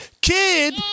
Kid